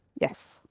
yes